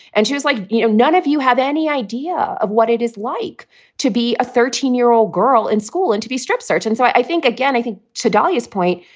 and she was like, you know, none of you have any idea of what it is like to be a thirteen year old girl in school and to be strip search. and so i think, again, i think to dalia's point,